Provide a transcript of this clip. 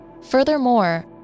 Furthermore